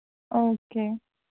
okay